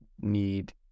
need